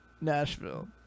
nashville